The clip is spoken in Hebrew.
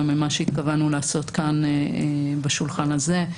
ממה שהתכוונו לעשות כאן בשולחן הזה.